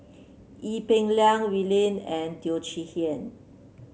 Ee Peng Liang Wee Lin and Teo Chee Hean